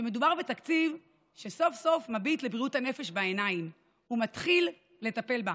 שמדובר בתקציב שסוף-סוף מביט לבריאות הנפש בעיניים ומתחיל לטפל בה,